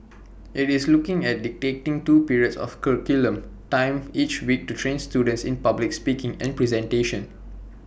IT is looking at dedicating two periods of curriculum time each week to train students in public speaking and presentation